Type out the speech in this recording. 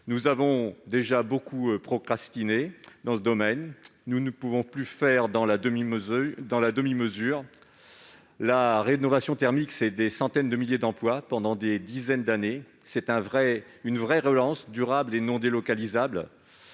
Nous avons déjà beaucoup procrastiné dans ce domaine. Nous ne pouvons plus faire dans la demi-mesure. La rénovation thermique, c'est des centaines de milliers d'emplois, pendant des dizaines d'années. C'est une vraie relance durable et non délocalisable.